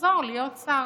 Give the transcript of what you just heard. יחזור להיות שר.